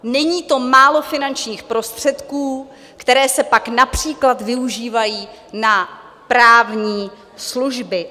Není to málo finančních prostředků, které se pak například využívají na právní služby.